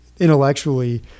intellectually